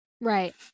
right